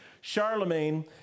Charlemagne